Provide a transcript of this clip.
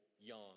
young